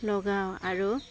লগাওঁ আৰু